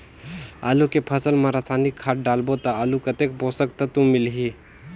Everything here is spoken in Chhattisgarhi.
आलू के फसल मा रसायनिक खाद डालबो ता आलू कतेक पोषक तत्व मिलही?